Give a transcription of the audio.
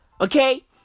okay